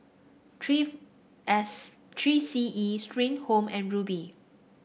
Three S Three C E Spring Home and Rubi